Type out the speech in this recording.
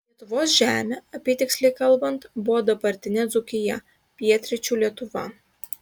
lietuvos žemė apytiksliai kalbant buvo dabartinė dzūkija pietryčių lietuva